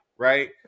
Right